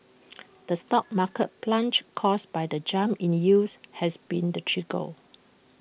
the stock market plunge caused by the jump in the yields has been the trigger